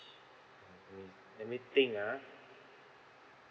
mm mm let me think ah